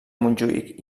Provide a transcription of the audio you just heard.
montjuïc